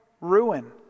ruin